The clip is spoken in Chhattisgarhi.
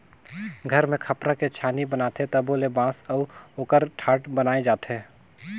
घर मे खपरा के छानी बनाथे तबो ले बांस अउ ओकर ठाठ बनाये जाथे